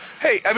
hey